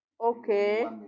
Okay